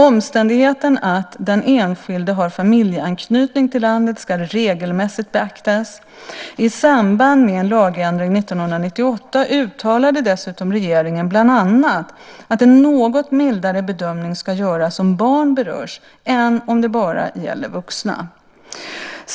Omständigheten att den enskilde har familjeanknytning till landet ska regelmässigt beaktas. I samband med en lagändring 1998 uttalade dessutom regeringen bland annat att en något mildare bedömning ska göras om barn berörs än om det bara gäller vuxna.